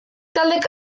taldek